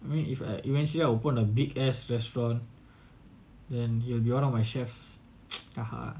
I mean if I eventually I open a big ass restaurant then he will be one of my chefs ah !huh!